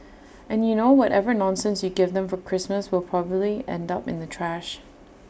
and you know whatever nonsense you give them for Christmas will probably end up in the trash